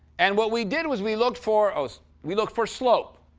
and what we did was, we looked for oh, so we looked for slope